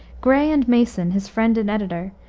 gray and mason, his friend and editor,